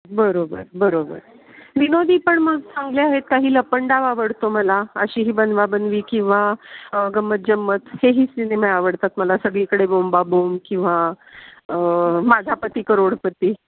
बरोबर बरोबर विनोदी पण मग चांगले आहेत काही लपंडाव आवडतो मला अशी ही बनवाबनवी किंवा गंंमत जंमत हेही सिनेमे आवडतात मला सगळीकडे बोंबाबोब किंवा माझा पती करोडपती